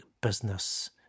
business